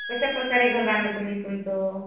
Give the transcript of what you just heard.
कशा प्रकारे घर बांधलं तुम्ही तुमचं